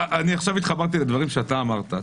עכשיו התחברתי אל הדברים שאתה אמרת.